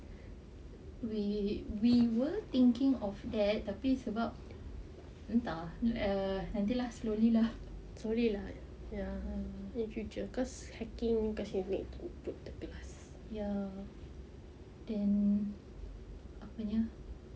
we we were thinking of that but the thing is tapi sebab entah err like that lah slowly lah ya then apanya